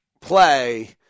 play